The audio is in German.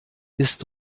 ist